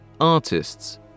Artists